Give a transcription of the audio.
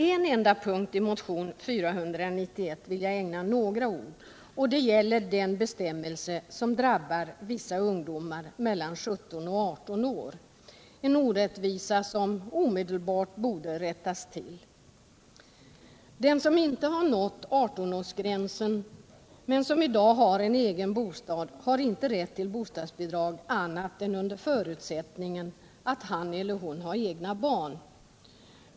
En punkt i motion 491 vill jag ändå ägna några ord. Det gäller en bestämmelse som drabbar vissa ungdomar mellan 17 och 18 år och som innebär en orättvisa som omedelbart borde rättas till. Den som inte har nått 18-årsgränsen men som har egen bostad har inte rätt till bostadsbidrag annat än under förutsättning att han eller hon har egna barn.